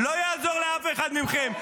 --- לא יעזור לאף אחד מכם.